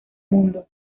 mundo